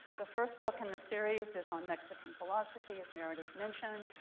the first book in the series is on mexican philosophy, as meredith mentioned. and